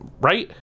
Right